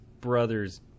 brother's